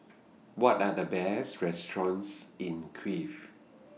What Are The Best restaurants in Kiev